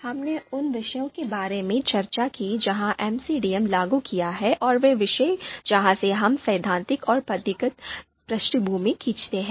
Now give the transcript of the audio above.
फिर हमने उन विषयों के बारे में भी चर्चा की जहां एमसीडीएम लागू किया गया है और वे विषय जहाँ से हम सैद्धांतिक और पद्धतिगत पृष्ठभूमि खींचते हैं